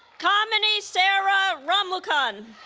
kamini sara ramlakhan